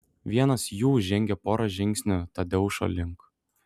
vienas jų žengė porą žingsnių tadeušo link